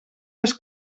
les